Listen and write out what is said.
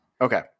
Okay